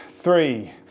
three